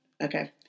Okay